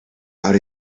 out